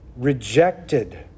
rejected